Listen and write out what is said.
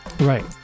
Right